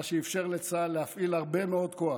מה שאפשר לצה"ל להפעיל הרבה מאוד כוח,